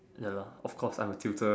ya lah of course I'm a tutor